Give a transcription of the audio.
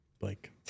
Blake